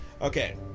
Okay